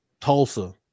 Tulsa